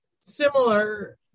similar